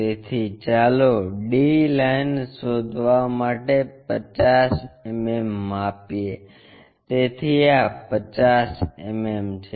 તેથી ચાલો d line શોધવા માટે 50 mm માપીએ તેથી આ 50 mm છે